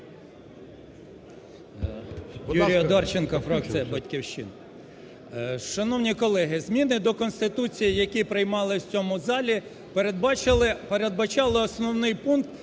Юрій Одарченко фракція "Батьківщина". Шановні колеги, зміни до Конституції, які приймалися в цьому залі, передбачали основний пункт: